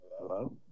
Hello